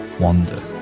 wander